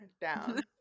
down